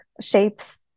shapes